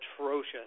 atrocious